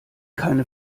keine